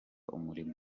umurimo